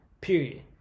Period